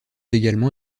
également